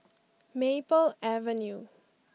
Maple Avenue